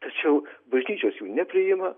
tačiau bažnyčios jų nepriima